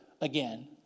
again